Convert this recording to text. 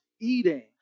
eating